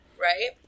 Right